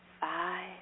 Five